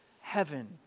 heaven